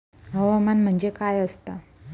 हवामान म्हणजे काय असता?